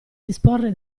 disporre